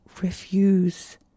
refuse